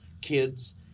kids